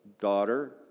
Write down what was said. daughter